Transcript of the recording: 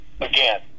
Again